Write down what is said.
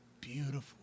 beautiful